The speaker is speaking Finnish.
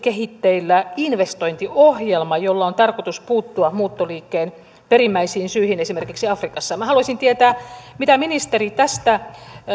kehitteillä investointiohjelma jolla on tarkoitus puuttua muuttoliikkeen perimmäisiin syihin esimerkiksi afrikassa minä haluaisin tietää mitä ministeri tästä